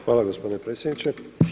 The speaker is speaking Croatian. Hvala gospodine predsjedniče.